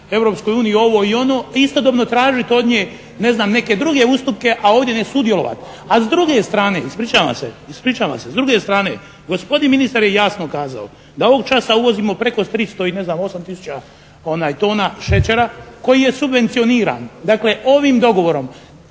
Europskoj uniji i ovo i ono, te istodobno tražiti od nje ne znam neke druge ustupke a ovdje ne sudjelovati. A s druge strane, ispričavam se, ispričavam se s druge strane gospodin ministar je jasno kazao da ovog časa uvozimo preko tristo i ne znam osam tisuća tona šećera koji je subvencioniran. Dakle, ovim dogovorom